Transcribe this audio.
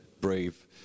brave